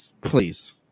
please